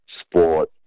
sport